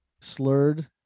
slurred